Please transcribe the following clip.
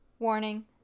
Warning